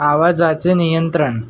आवाजाचे नियंत्रण